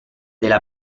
della